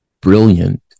brilliant